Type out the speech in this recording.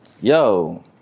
yo